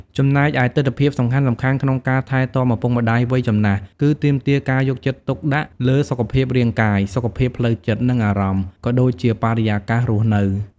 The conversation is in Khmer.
ចំណែកឯទិដ្ឋភាពសំខាន់ៗក្នុងការថែទាំឪពុកម្ដាយវ័យចំណាស់ គឺទាមទារការយកចិត្តទុកដាក់លើសុខភាពរាងកាយ សុខភាពផ្លូវចិត្ត និងអារម្មណ៍ ក៏ដូចជាបរិយាកាសរស់នៅ។